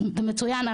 זה מצוין.